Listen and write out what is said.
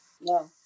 No